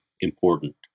important